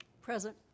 Present